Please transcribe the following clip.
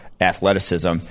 athleticism